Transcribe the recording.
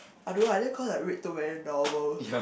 I don't I think cause I read too many novels